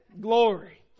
Glory